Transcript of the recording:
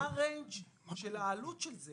מה העלות של זה?